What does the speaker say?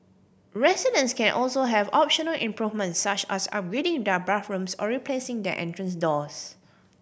residents can also have optional improvements such as upgrading their bathrooms or replacing their entrance doors